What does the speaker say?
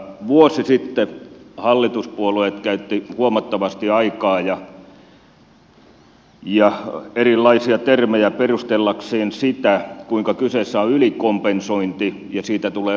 vuosi sitten hallituspuolueet käyttivät huomattavasti aikaa ja erilaisia termejä perustellakseen sitä kuinka kyseessä on ylikompensointi ja siitä tulee luopua